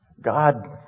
God